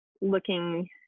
looking